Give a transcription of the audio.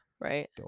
right